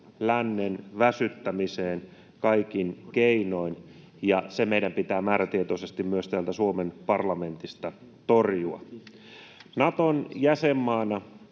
lännen väsyttämiseen kaikin keinoin, ja se meidän pitää määrätietoisesti myös täältä Suomen parlamentista torjua. Naton jäsenmaana